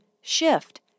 shift